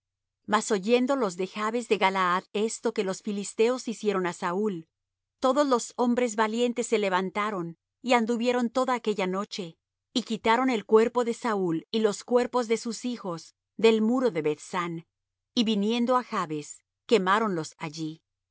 mas oyendo los de jabes de galaad esto que los filisteos hicieron á saúl todos los hombres valientes se levantaron y anduvieron toda aquella noche y quitaron el cuerpo de saúl y los cuerpos de sus hijos del muro de beth san y viniendo á jabes quemáronlos allí